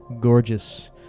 gorgeous